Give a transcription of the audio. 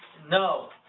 no.